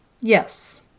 yes